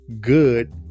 Good